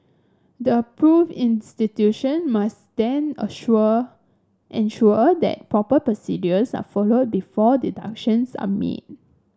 the approved institution must then assure ensure that proper procedures are followed before deductions are made